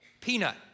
Peanut